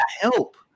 help